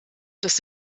des